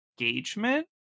engagement